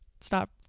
stop